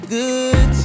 good